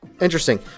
interesting